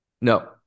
No